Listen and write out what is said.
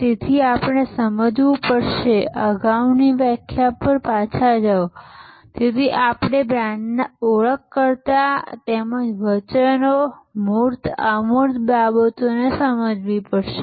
તેથી આપણે સમજવું પડશે અગાઉની વ્યાખ્યા પર પાછા જાઓ તેથી આપણે બ્રાન્ડમાં ઓળખકર્તાઓ તેમજ વચનો મૂર્ત અને અમૂર્ત બાબતોને સમજવી પડશે